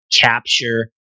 capture